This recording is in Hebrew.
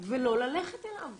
ולא ללכת אליו